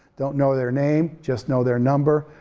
don't know their name, just know their number.